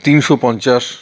তিনশো পঞ্চাশ